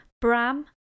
Bram